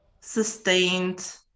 sustained